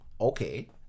Okay